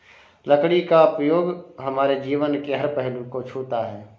लकड़ी का उपयोग हमारे जीवन के हर पहलू को छूता है